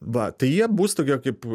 va tai jie bus tokie kaip